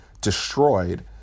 destroyed